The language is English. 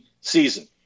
season